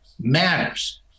matters